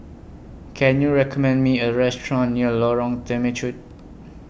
Can YOU recommend Me A Restaurant near Lorong Temechut